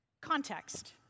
Context